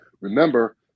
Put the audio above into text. Remember